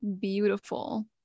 beautiful